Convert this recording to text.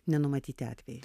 nenumatyti atvejai